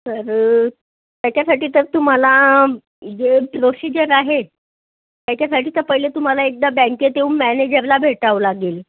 तर याच्यासाठी तर तुम्हाला जे प्रोसिजर आहे याच्यासाठी तर पहिले तुम्हाला एकदा बँकेत येऊन मॅनेजरला भेटावं लागेल